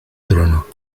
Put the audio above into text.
trono